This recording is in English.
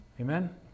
Amen